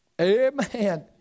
Amen